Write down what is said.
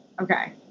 okay